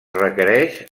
requereix